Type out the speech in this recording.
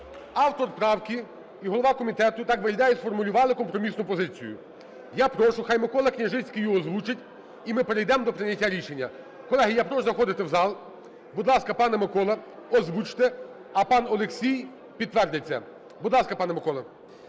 автор правки і голова комітету, так виглядає, сформулювали компромісну позицію. Я прошу, нехай Микола Княжицький її озвучить і ми перейдемо до прийняття рішення. Колеги, я прошу заходити в зал. Будь ласка, пане Миколо, озвучте, а пан Олексій підтвердить це. Будь ласка, пане Миколо.